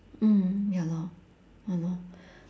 mm ya lor ya lor